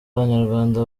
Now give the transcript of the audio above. abanyarwanda